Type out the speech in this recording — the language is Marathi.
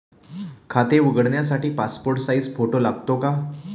खाते उघडण्यासाठी पासपोर्ट साइज फोटो लागतो का?